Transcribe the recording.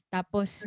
Tapos